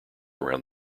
around